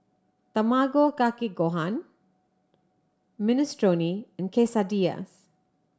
Tamago Kake Gohan Minestrone and Quesadillas